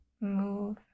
move